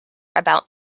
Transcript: about